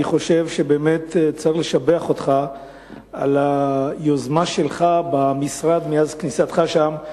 אני חושב שצריך לשבח אותך על היוזמה שלך במשרד מאז כניסתך לשם.